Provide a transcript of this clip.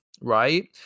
Right